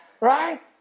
right